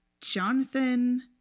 Jonathan